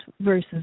versus